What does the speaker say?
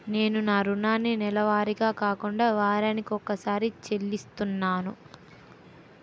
నేను నా రుణాన్ని నెలవారీగా కాకుండా వారాని కొక్కసారి చెల్లిస్తున్నాను